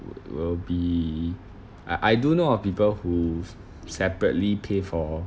will be I I do know of people who separately pay for